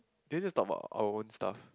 then just talk about our own stuff